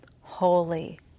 holy